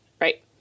Right